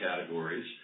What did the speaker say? categories